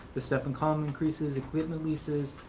the second column increases, equipment leases,